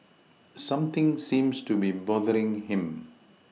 something seems to be bothering him